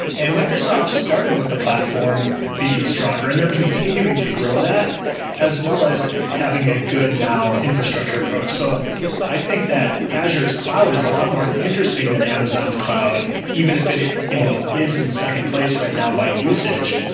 and microsoft started with the platform being stronger and they're continuing to grow that as well as having a good, now, infrastructure approach. so i think that azure's cloud is a lot more interesting than amazon's cloud even if it it you know is in second place right now by usage.